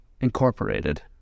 Incorporated